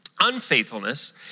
Unfaithfulness